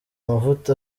mavuta